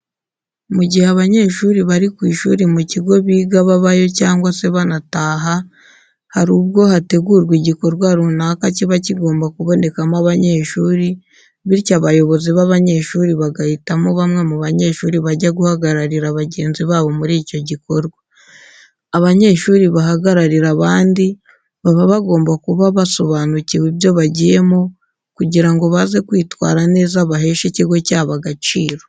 Mu gihe abanyeshuri bari ku ishuri mu kigo biga babayo cyangwa se banataha, hari ubwo hategurwa igikorwa runaka kiba kigomba kubonekamo abanyeshuri, bityo abayobozi b'abanyeshuri bagahitamo bamwe mu banyeshuri bajya guhagararira bagenzi babo muri icyo gikorwa. Abanyeshuri bahagararira abandi, baba bagomba kuba basobanukiwe ibyo bagiyemo kugira ngo baze kwitwara neza baheshe ikigo cyabo agaciro.